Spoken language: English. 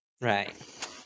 Right